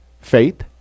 Faith